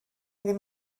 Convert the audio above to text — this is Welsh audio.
ddim